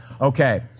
Okay